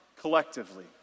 collectively